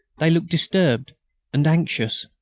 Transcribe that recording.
they looked disturbed and anxious.